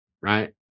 right